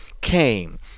came